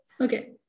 okay